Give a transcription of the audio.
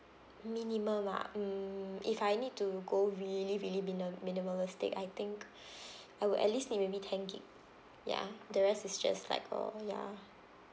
minimum ah mm if I need to go really really minim~ minimalistic I think I would at least need maybe ten gigabyte ya the rest is just like uh ya